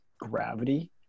gravity